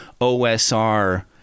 OSR